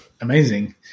amazing